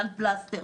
כאן פלסטר,